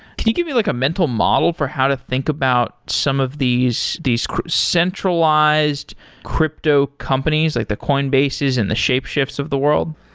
can you give me like a mental model for how to think about some of these these centralized crypto companies, like the coinbases and the shapeshifts of the world?